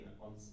on